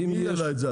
מי העלה את זה?